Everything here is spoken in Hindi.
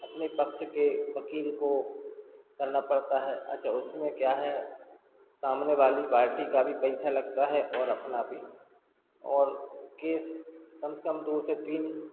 अपने पक्ष के वकील को करना पड़ता है अच्छा उसमें क्या है सामने वाली पार्टी का भी पैसा लगता है और अपना भी और केस कम से कम दो से तीन